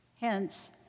Hence